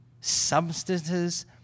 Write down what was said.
substances